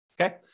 okay